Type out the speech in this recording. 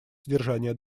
содержание